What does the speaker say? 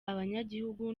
abanyagihugu